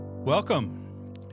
Welcome